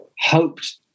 hoped